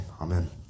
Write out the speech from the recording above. Amen